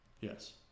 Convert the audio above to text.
Yes